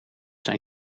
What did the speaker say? zijn